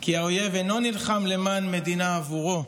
כי האויב אינו נלחם למען מדינה עבורו,